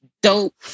dope